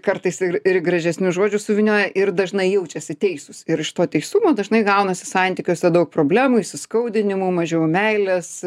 kartais ir ir gražesnius žodžius suvynioja ir dažnai jaučiasi teisūs ir iš to teisumo dažnai gaunasi santykiuose daug problemų įsiskaudinimų mažiau meilės